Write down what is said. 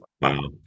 Wow